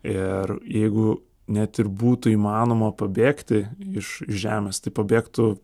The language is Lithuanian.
ir jeigu net ir būtų įmanoma pabėgti iš žemės tai pabėgtų